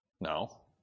No